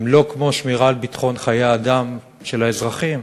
הן לא כמו שמירה על חיי האדם וביטחון האזרחים,